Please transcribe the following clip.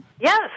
Yes